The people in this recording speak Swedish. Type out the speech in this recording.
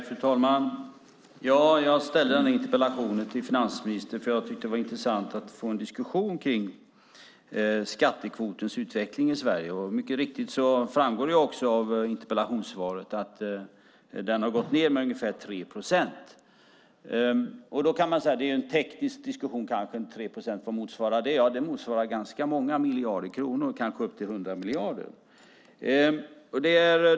Fru talman! Jag ställde den här interpellationen till finansministern eftersom jag tyckte att det var intressant att få en diskussion om skattekvotens utveckling i Sverige. Det framgår också av interpellationssvaret att den har gått ned med ungefär 3 procent. Vad 3 procent motsvarar är kanske en teknisk fråga, men det motsvarar ganska många miljarder kronor, kanske upp till 100 miljarder.